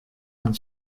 and